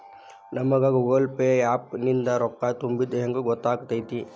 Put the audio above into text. ನಮಗ Google Pay app ನಿಂದ ರೊಕ್ಕಾ ತುಂಬಿದ್ದ ಹೆಂಗ್ ಗೊತ್ತ್ ಆಗತೈತಿ?